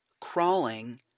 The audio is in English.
crawling